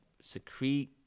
secrete